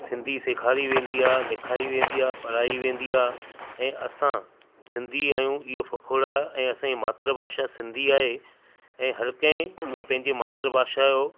सिंधी सेखारी वेंदी आहे लिखाई वेंदी आहे पढ़ाई वेंदी आहे ऐं असां सिंधी आहियूं इहो फ़ख़ुरु आहे ऐं असांजी मातृभाषा सिंधी आहे ऐं हर कंहिं खे पंहिंजे मातृभाषा जो